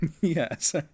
Yes